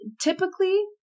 typically